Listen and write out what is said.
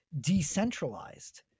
decentralized